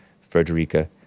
Frederica